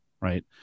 right